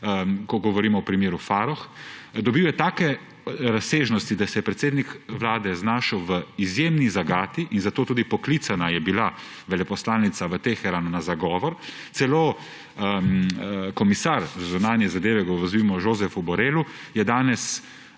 ko govorimo o primeru Farrokh. Dobil je take razsežnosti, da se je predsednik Vlade znašel v izjemni zagati, in zato je bila tudi poklicana veleposlanica v Teheranu na zagovor, celo komisar za zunanje zadeve, govorim o Josepu Borrellu, se je danes